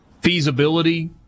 feasibility